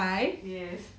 yes